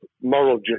moral